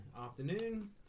afternoon